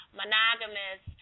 monogamous